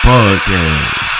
Podcast